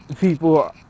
people